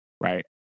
right